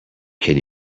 can